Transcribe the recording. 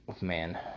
man